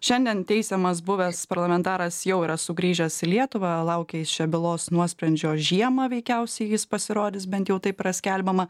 šiandien teisiamas buvęs parlamentaras jau yra sugrįžęs į lietuvą laukia jis čia bylos nuosprendžio žiemą veikiausiai jis pasirodys bent jau taip yra skelbiama